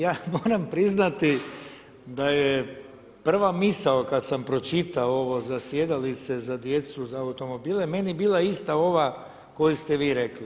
Ja moram priznati da je prva misao kada sam pročitao ovo za sjedalice za djecu za automobile meni bila ista ova koju ste vi rekli.